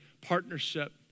partnership